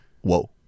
whoa